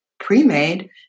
pre-made